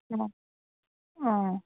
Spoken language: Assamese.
অঁ অঁ